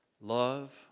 Love